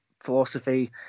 philosophy